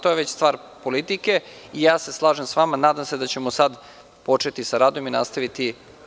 To je već stvar politike i ja se slažem sa vama i nadam se da ćemo početi sa radom i nastaviti.